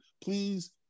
please